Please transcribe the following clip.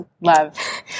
love